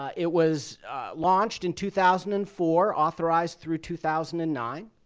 it was launched in two thousand and four, authorized through two thousand and nine.